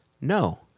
no